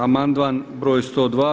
Amandman broj 102.